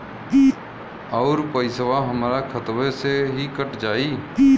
अउर पइसवा हमरा खतवे से ही कट जाई?